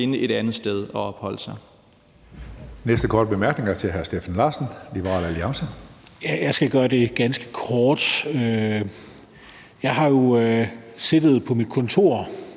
finde et andet sted at opholde sig.